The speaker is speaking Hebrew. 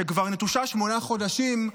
שנטושה כבר שמונה חודשים,